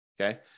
Okay